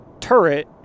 turret